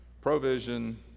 Provision